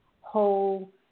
whole